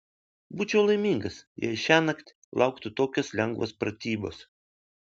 būčiau laimingas jei šiąnakt lauktų tokios lengvos pratybos